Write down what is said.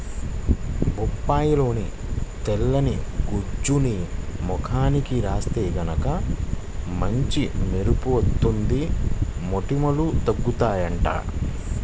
బొప్పాయిలోని తెల్లని గుజ్జుని ముఖానికి రాత్తే గనక మంచి మెరుపు వత్తది, మొటిమలూ తగ్గుతయ్యంట